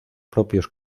propios